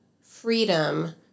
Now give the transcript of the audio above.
freedom